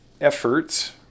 efforts